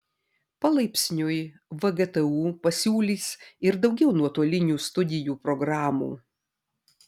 palaipsniui vgtu pasiūlys ir daugiau nuotolinių studijų programų